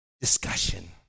discussion